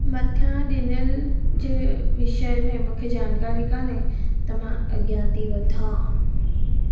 मथां ॾिनल जे विषय में मूंखे ज़ानकारी कोन्हे त मां अॻियां थी वधां